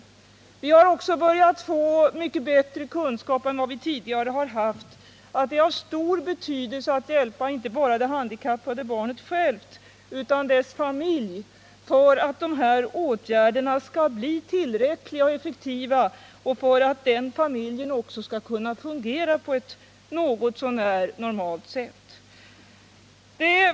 För det andra har vi börjat få mycket bättre kunskap än vi tidigare haft om att det har stor betydelse att hjälpa inte bara det handikappade barnet självt utan också dess familj, för att dessa åtgärder skall bli tillräckliga och effektiva och för att den familjen också skall kunna fungera på ett något så när normalt sätt.